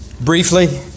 briefly